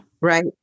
Right